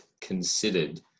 considered